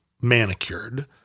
manicured